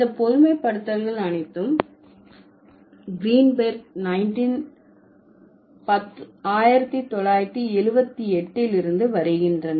இந்த பொதுமைப்படுத்தல்கள் அனைத்தும் கிரீன்பெர்க் 1978 ல் இருந்து வருகின்றன